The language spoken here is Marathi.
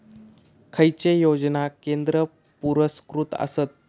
खैचे योजना केंद्र पुरस्कृत आसत?